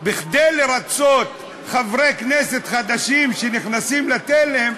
שכדי לרצות חברי כנסת חדשים שנכנסים לתלם,